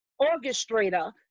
orchestrator